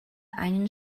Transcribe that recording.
einen